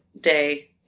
day